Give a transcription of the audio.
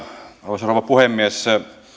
arvoisa rouva puhemies